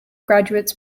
graduates